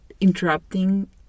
interrupting